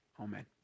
Amen